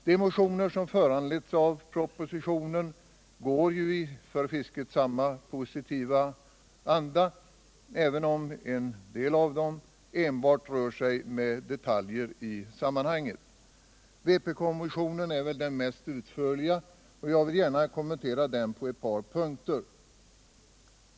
De motioner som föranletts av propositionen går ju i samma för fisket positiva anda, även om en del av dem enbart rör sig om detaljer i sammanhanget. Vpk-motionen är väl den mest utförliga, och jag vill gärna kommentera den på ett par punkter.